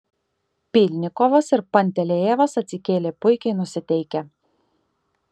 pylnikovas ir pantelejevas atsikėlė puikiai nusiteikę